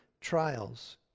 trials